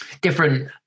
different